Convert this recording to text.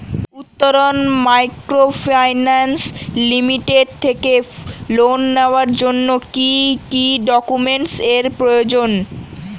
Uttaran microfinance limited থেকে loan নেওয়ার জন্য কি কি ডকুমেন্টস এর প্রয়োজন?